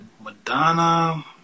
Madonna